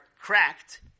cracked